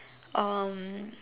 um